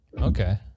Okay